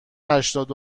هشتاد